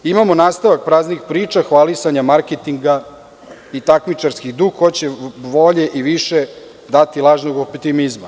Imamo nastavak praznih priča, hvalisanja, marketinga i takmičarski duh ko će bolje i više dati lažnog optimizma.